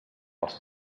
els